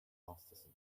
masterson